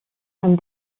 and